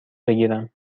بگیرم